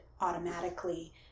automatically